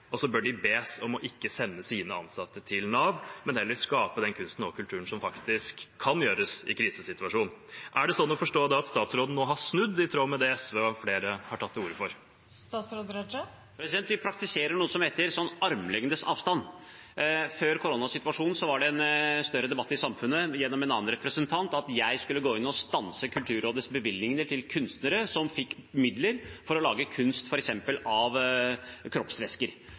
og så bør de bes om ikke å sende sine ansatte til Nav, men heller skape den kunsten og kulturen som faktisk kan skapes i en krisesituasjon. Er det sånn å forstå at statsråden nå har snudd, i tråd med det SV og flere har tatt til orde for? Vi praktiserer noe som heter armlengdes avstand. Før koronasituasjonen var det en større debatt i samfunnet gjennom en annen representant om at jeg skulle gå inn og stanse Kulturrådets bevilgninger til kunstnere som fikk midler til å lage kunst av